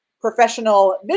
professional